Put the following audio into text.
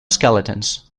skeletons